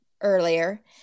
earlier